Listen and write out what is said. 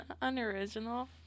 unoriginal